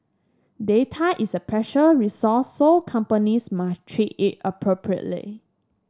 data is a precious resource so companies must treat it appropriately